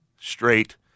straight